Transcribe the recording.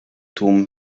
tłum